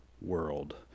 world